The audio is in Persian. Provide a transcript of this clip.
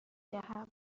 دهم